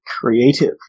Creative